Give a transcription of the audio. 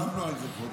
ישבנו על זה, כבוד השר.